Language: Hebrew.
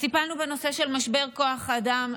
אז טיפלנו בנושא של משבר כוח האדם.